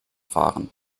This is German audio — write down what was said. fahren